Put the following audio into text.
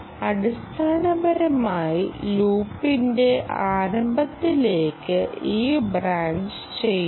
അടിസ്ഥാനപരമായി ലൂപ്പിന്റെ ആരംഭത്തിലേക്ക് ഇത് ബ്രാഞ്ച് ചെയ്യുന്നു